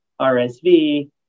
RSV